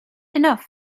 enough